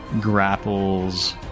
grapples